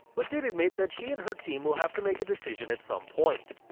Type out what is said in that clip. but did admit that she and her team will have to make a decision at some point.